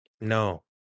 No